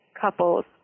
couples